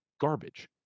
garbage